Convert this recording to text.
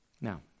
Now